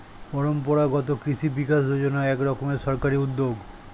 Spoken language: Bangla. পরম্পরাগত কৃষি বিকাশ যোজনা এক রকমের সরকারি উদ্যোগ